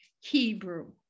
Hebrew